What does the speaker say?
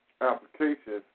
applications